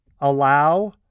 allow